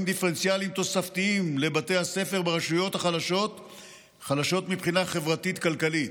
דיפרנציאליים תוספתיים לבתי הספר ברשויות החלשות מבחינה חברתית-כלכלית.